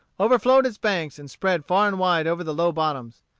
overflowed its banks and spread far and wide over the low bottoms.